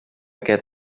get